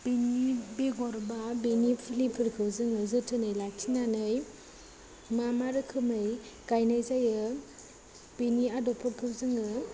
बिनि बेगर बा बेनि फुलिफोरखौ जोङो जोथोनै लाखिनानै मा मा रोखोमै गायनाय जायो बेनि आदबफोरखौ जोङो